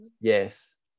yes